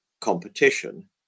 competition